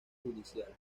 judicial